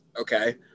okay